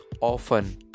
often